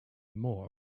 more